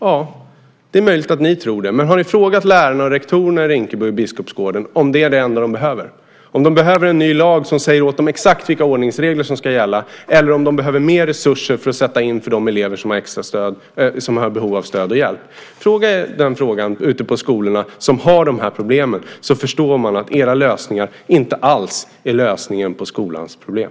Ja, det är möjligt att ni tror det, men har ni frågat lärarna och rektorerna i Rinkeby och Biskopsgården om det är det enda de behöver - om de behöver en ny lag som säger åt dem exakt vilka ordningsregler som ska gälla eller om de behöver mer resurser att sätta in för de elever som har behov av stöd och hjälp? Ställ den frågan ute på de skolor som har de här problemen, så förstår ni att era lösningar inte alls är lösningen på skolans problem.